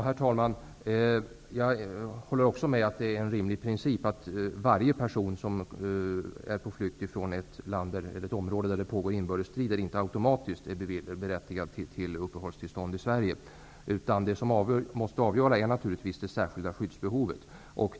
Herr talman! Jag håller med om att det är en rimlig princip att varje person som är på flykt ifrån ett område där det pågår inbördesstrider inte automatiskt är berättigad till uppehållstillstånd i Sverige. Det avgörande är det särskilda skyddsbehovet.